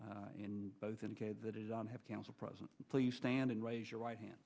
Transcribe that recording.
in both indicated that is on have counsel present please stand and raise your right hand